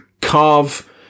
carve